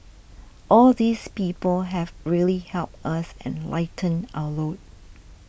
all these people have really helped us and lightened our load